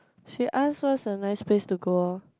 she ask what's the nice place to go lor